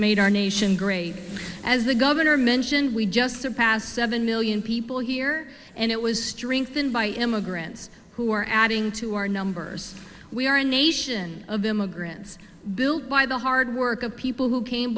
made our nation great as the governor mentioned we just passed seven million people here and it was strengthened by immigrants who are adding to our numbers we are a nation of immigrants built by the hard work of people who came